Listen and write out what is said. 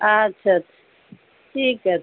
আচ্ছা আচ্ছা ঠিক আছে